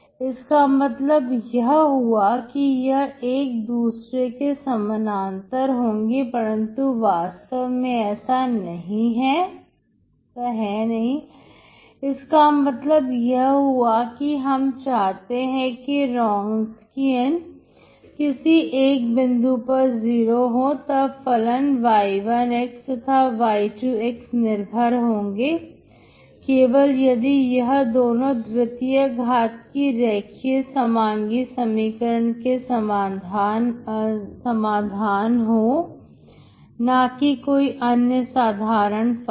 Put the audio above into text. इसका मतलब यह हुआ कि यह एक दूसरे के समानांतर होंगे परंतु वास्तव में ऐसा है नहीं इसका मतलब यह हुआ कि हम चाहते हैं की Wronskian किसी एक बिंदु पर जीरो हो तब फलन y1 तथा y2 निर्भर होंगे केवल यदि यह दोनों द्वितीय घाट की रेखीय समांगी समीकरण के समाधान हो ना कि कोई भी अन्य साधारण फलन